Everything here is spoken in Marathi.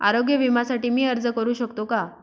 आरोग्य विम्यासाठी मी अर्ज करु शकतो का?